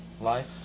life